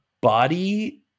body